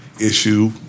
issue